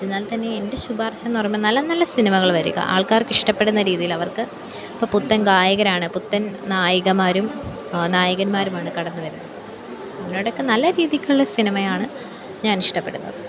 അതിനാൽ തന്നെ എൻ്റെ ശുപാർശ എന്ന് പറയുമ്പോൾ നല്ല നല്ല സിനിമകൾ വരുക ആൾക്കാർക്ക് ഇഷ്ടപ്പെടുന്ന രീതിയിൽ അവർക്ക് ഇപ്പം പുത്തൻ ഗായകരാണ് പുത്തൻ നായകമാരും നായകന്മാരുമാണ് കടന്ന് വരുന്നത് അതിനോടൊക്കെ നല്ല രീതിക്കുള്ള സിനിമയാണ് ഞാൻ ഇഷ്ടപ്പെടുന്നത്